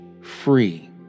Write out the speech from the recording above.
free